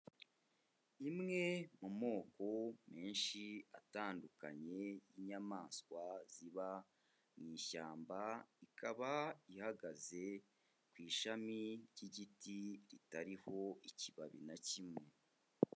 Imwe mu moko menshi atandukanye y'inyamaswa ziba mu ishyamba, ikaba ihagaze ku ishami ry'igiti ritariho ikibabi na kimwe.